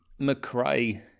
McRae